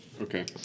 Okay